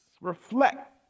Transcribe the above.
reflect